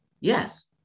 Yes